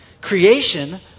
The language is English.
creation